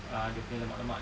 uh dia punya lemak-lemak dia